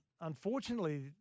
unfortunately